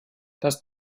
das